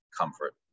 comfort